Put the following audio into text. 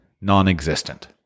non-existent